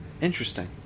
Interesting